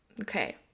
okay